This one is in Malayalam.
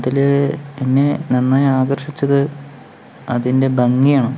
അതില് എന്നെ നന്നായി ആകർഷിച്ചത് അതിൻ്റെ ഭംഗിയാണ്